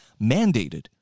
mandated